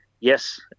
yes